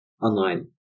online